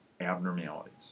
abnormalities